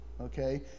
Okay